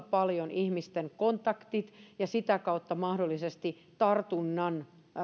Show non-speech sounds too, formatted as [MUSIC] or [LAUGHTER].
[UNINTELLIGIBLE] paljon ihmisten kontaktit ja sitä kautta mahdollisesti tartunnan